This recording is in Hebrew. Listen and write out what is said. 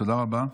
תודה רבה.